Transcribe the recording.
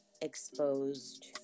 exposed